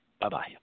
bye-bye